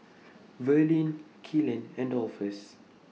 Verlene Kylan and Dolphus